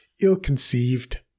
ill-conceived